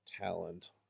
talent